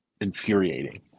infuriating